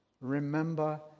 Remember